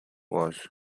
was